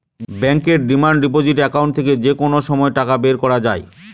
ব্যাঙ্কের demand deposit account থেকে যে কোনো সময় টাকা বের করা যায়